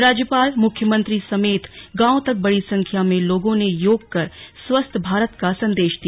राज्यपाल मुख्यमंत्री समेत गांवों तक बड़ी संख्या में लोगों ने योग कर स्वस्थ्य भारत का संदेश दिया